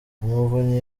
umuvunyi